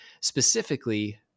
Specifically